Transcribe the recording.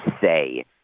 say